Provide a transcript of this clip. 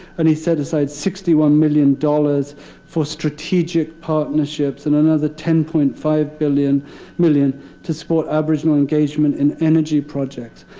and he set aside sixty one million dollars for strategic partnerships and another ten point five million million to support aboriginal engagement in energy projects.